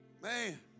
Man